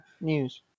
news